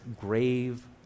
grave